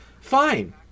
fine